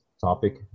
topic